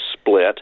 split